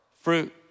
fruit